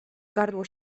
gardło